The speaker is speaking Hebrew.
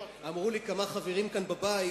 אמרו לי כמה חברים כאן בבית,